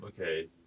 Okay